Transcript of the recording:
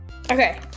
Okay